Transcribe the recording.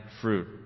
fruit